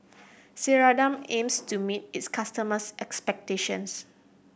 Ceradan aims to meet its customers' expectations